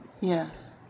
Yes